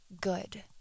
good